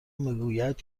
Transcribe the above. میگوید